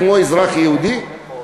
כמו אזרח יהודי?